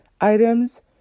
items